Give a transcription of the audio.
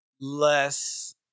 less